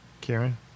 Karen